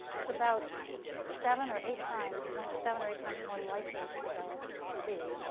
it's about seven or eight times. one is seven or eight times more likely to develop tb.